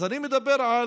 אז אני מדבר על